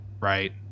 Right